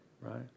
Right